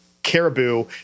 Caribou